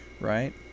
right